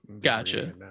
Gotcha